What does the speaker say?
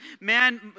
Man